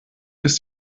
ist